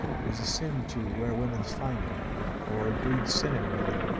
it is a sin to wear woman's finery or it breeds sin in women.